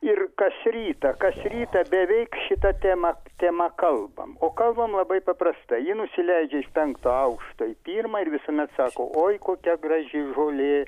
ir kas rytą kas rytą beveik šita tema tema kalbam kalbam labai paprastai ji nusileidžia iš penkto aukšto į pirmą ir visuomet sako oi kokia graži žolė